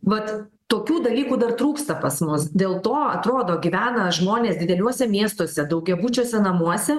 vat tokių dalykų dar trūksta pas mus dėl to atrodo gyvena žmonės dideliuose miestuose daugiabučiuose namuose